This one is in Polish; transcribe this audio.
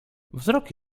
wzrok